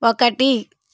ఒకటి